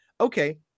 okay